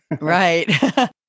Right